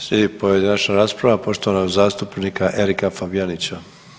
Slijedi pojedinačna rasprava poštovanog zastupnika Erika Fabijanića.